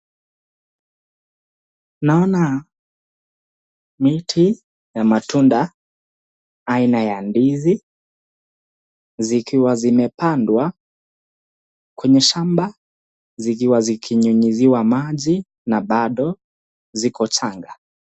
naona miti ya matunda aina ya ndizi zikiwa zimepndwa kwenye shamba zikiwa zikinyunyuziwa maji na bado ziko changa.